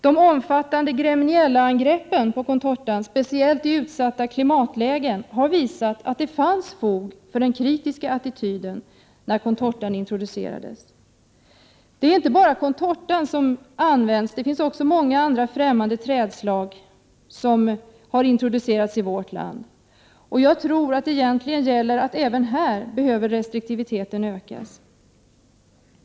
De omfattande Gremmeniellaangreppen på Contortan, speciellt i utsatta klimatlägen, har visat att det fanns fog för den kritiska attityden då Contortan introducerades. Det är inte bara Contortan som används. Det finns även många andra främmande trädslag som har introducerats i vårt land. Jag tror att restriktiviteten även i detta sammanhang behöver ökas.